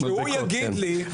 כן,